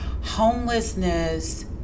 homelessness